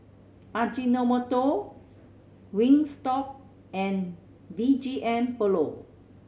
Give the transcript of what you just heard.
Ajinomoto Wingstop and B G M Polo